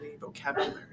vocabulary